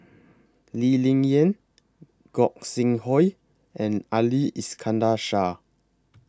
Lee Ling Yen Gog Sing Hooi and Ali Iskandar Shah